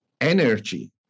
energy